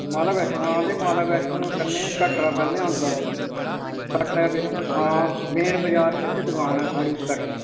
माता बैश्णो हां ते माता बैश्णो दे कन्नै गै कटरा पैह्ले आंदा कटरै बिच्च हां मेन बजार बिच्च दकान ऐ साढ़ी कटरै